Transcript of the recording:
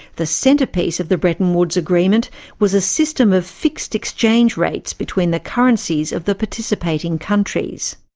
the centrepiece of the bretton woods agreement was a system of fixed exchange rates between the currencies of the participating countries.